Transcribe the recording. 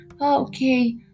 Okay